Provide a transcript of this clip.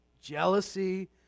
jealousy